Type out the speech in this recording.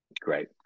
great